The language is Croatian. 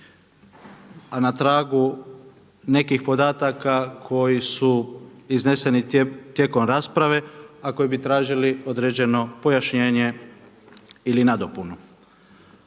a na tragu nekih podataka koji su izneseni tijekom rasprave a koji bi tražili određeno pojašnjenje ili nadopunu.